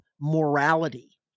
morality